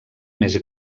més